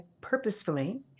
purposefully